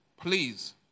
please